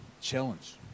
challenge